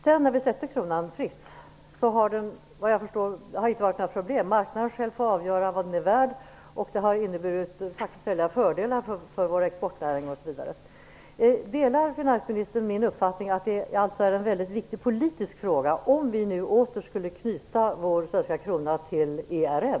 Sedan vi släppte kronan fri har det, enligt vad jag förstår, inte varit några problem. Marknaden får själv avgöra vad den är värd, vilket har inneburit väldiga fördelar för t.ex. vår exportnäring. Delar finansministern min uppfattning att det alltså är en mycket viktig politisk fråga om vi nu åter skulle knyta vår svenska krona till ERM?